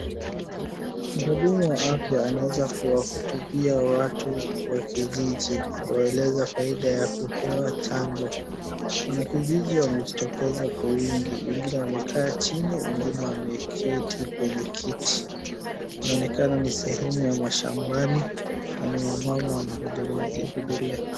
Mhudumu wa afya anaweza kuwahutubia watu wa kijiji kuwaeleza faida ya kupewa chanjo, wanakijiji wamejitokeza kwa wingi, wengine wamekaa chini wengine wameketi kwenye kiti. Inaonekana ni sehemu ya mashambani na ni wamama wamehudhuria.